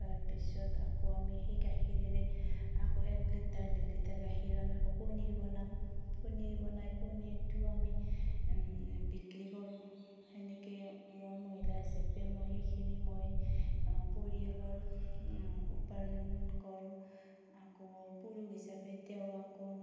তাৰ পিছত আকৌ আমি সেই গাখীৰেৰে আকৌ একলিটাৰ দুইলিটাৰ গাখীৰেৰে আমি আকৌ পনিৰ বনাওঁ পনিৰ বনাই পনিৰটোও আমি বিক্ৰী কৰোঁ সেনেকৈ মই মহিলা হিচাপে মই সেইখিনি মই পৰিয়ালৰ উপাৰ্জন কৰোঁ আকৌ পুৰুষ হিচাপে তেওঁ আকৌ